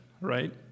right